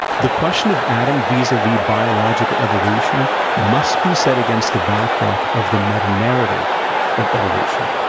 the question of adam vis-a-vis biological evolution must be set against the backdrop of the meta-narrative of evolution.